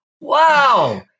wow